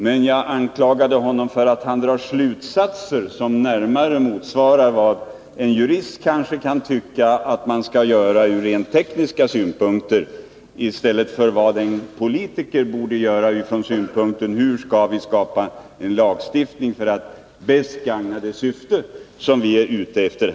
Vad jag anklagade honom för var att han drar slutsatser som kanske närmare motsvarar vad en jurist tycker att man skall göra ur tekniska synpunkter än vad en politiker borde göra från utgångspunkten att bäst gagna det syfte vi vill tillgodose.